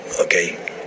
okay